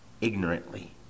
ignorantly